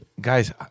Guys